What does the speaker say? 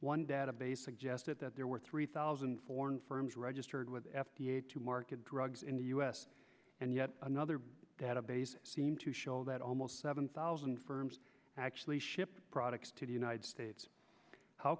one database suggested that there were three thousand foreign firms registered with f d a to market drugs in the u s and yet another database seemed to show that almost seven thousand firms actually shipped products to the united states how